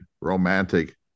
romantic